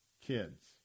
kids